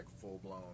full-blown